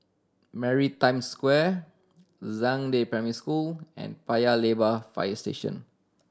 Maritime Square Zhangde Primary School and Paya Lebar Fire Station